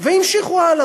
והמשיכו הלאה,